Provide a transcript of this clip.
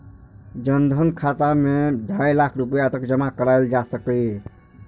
जन धन खाता मे ढाइ लाख रुपैया तक जमा कराएल जा सकैए